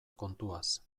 kontuaz